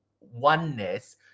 oneness